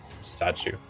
statue